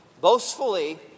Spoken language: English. boastfully